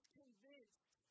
convinced